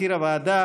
ומזכיר הוועדה